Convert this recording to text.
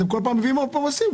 אתם כל פעם מביאים לפה מיסים,